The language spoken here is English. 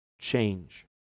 change